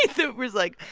like that was like.